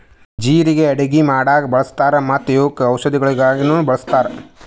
ಜೀರಿಗೆ ಅಡುಗಿ ಮಾಡಾಗ್ ಬಳ್ಸತಾರ್ ಮತ್ತ ಇವುಕ್ ಔಷದಿಗೊಳಾಗಿನು ಬಳಸ್ತಾರ್